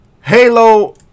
halo